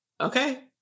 Okay